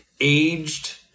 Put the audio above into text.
aged